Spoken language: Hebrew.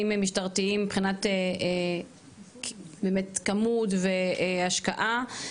משטרתיים מבחינת באמת כמות והשקעה,